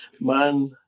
man